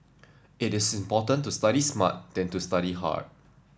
it is more important to study smart than to study hard